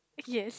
yes